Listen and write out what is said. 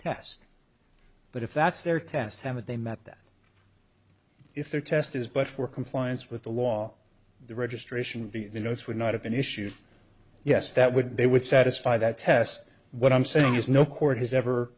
test but if that's their test haven't they met that if their test is but for compliance with the law the registration of the notes would not have been issued yes that would they would satisfy that test what i'm saying is no court has ever